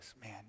man